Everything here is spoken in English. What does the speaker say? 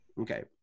Okay